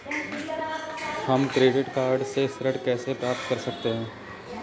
हम credit card से ऋण कैसे प्राप्त कर सकते हैं?